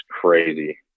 crazy